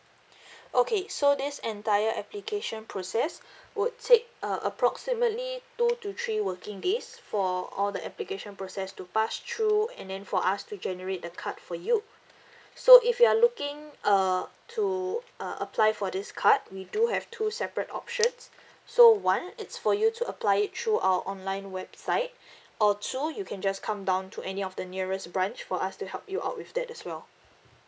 okay so this entire application process would take uh approximately two to three working days for all the application process to pass through and then for us to generate the card for you so if you are looking uh to uh apply for this card we do have two separate options so one it's for you to apply it through our online website or two you can just come down to any of the nearest branch for us to help you out with that as well